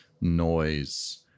noise